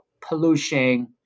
pollution